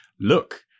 look